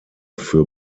für